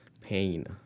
pain